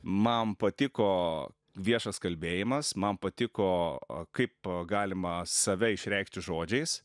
man patiko viešas kalbėjimas man patiko kaip galima save išreikšti žodžiais